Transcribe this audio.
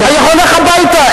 היה הולך הביתה.